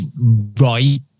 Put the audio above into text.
Right